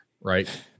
Right